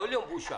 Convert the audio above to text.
כל יום בושה.